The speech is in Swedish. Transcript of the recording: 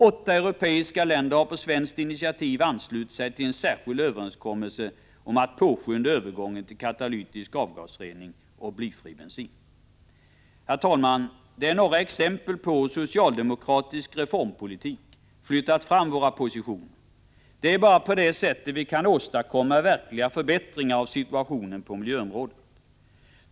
Åtta europeiska länder har på svenskt initiativ anslutit sig till en särskild överenskommelse om att påskynda övergången till katalytisk avgasrening och blyfri bensin. Herr talman! Detta är några exempel på hur socialdemokratisk reformpolitik har flyttat fram våra positioner. Det är bara på det sättet vi kan åstadkomma verkliga förbättringar av situationen på miljöområdet.